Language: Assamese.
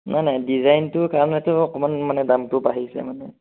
নাই নাই ডিজাইনটোৰ কাৰণেটো অকণমান মানে দামটো বাঢ়িছে মানে